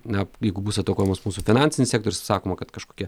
na jeigu bus atakuojamas mūsų finansinis sektorius sakoma kad kažkokie